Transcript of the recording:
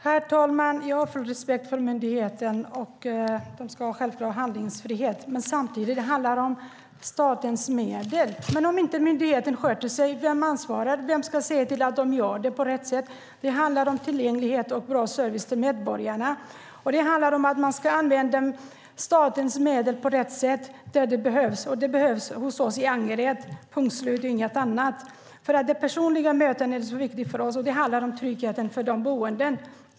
Herr talman! Jag har full respekt för myndigheten. Självklart ska myndigheten ha handlingsfrihet. Detta handlar dock om statens medel. Om myndigheten inte sköter sig, vem ansvarar då? Vem ska se till att myndigheten sköter sig på rätt sätt? Det handlar om tillgänglighet och bra service till medborgarna. Det handlar också om att man ska använda statens medel på rätt sätt och där de behövs. De behövs hos oss i Angered, punkt slut! Personliga möten är viktiga för oss. Det handlar om tryggheten för de boende.